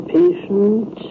patient